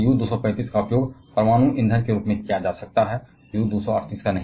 जबकि U 235 का उपयोग परमाणु ईंधन के रूप में किया जा सकता है U 238 नहीं कर सकते